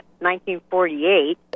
1948